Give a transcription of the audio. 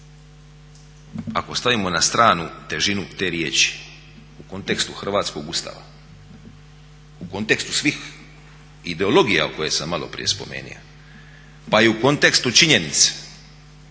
ako stavimo na stranu težinu te riječi u kontekstu hrvatskog Ustava, u kontekstu svih ideologija koje sam malo prije spomenuo. Pa i u kontekstu činjenica